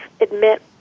admit